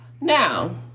Now